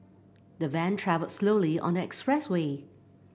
the van travelled slowly on the express way